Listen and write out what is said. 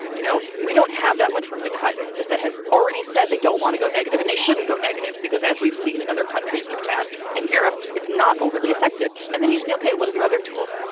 you know, we don't have that much room to cut. the fed has already said they don't want to go negative and they shouldn't go negative because as we've seen in other countries, japan and europe, it's not overly effective. and then you say, ok, what are the other tools?